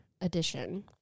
edition